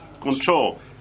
control